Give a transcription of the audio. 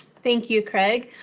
thank you, craig.